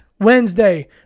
wednesday